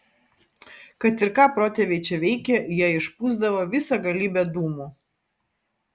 kad ir ką protėviai čia veikė jie išpūsdavo visą galybę dūmų